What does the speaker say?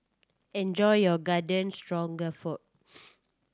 enjoy your Garden Stroganoff